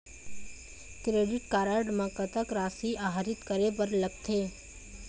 Credit card म कतक राशि आहरित करे बर लगथे?